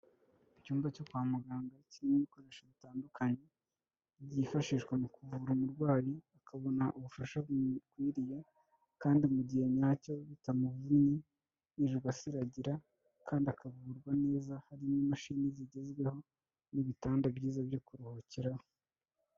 Icyumba cyo kwa muganga kirimo ibikoresho bitandukanye, byifashishwa mu kuvura umurwayi, akabona ubufasha bumukwiriye kandi mu gihe nyacyo bitamuvunnye yirirwa asiragira kandi akavurwa neza, hari n'imashini zigezweho n'ibitanda byiza byo kuruhukiraho.